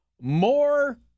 more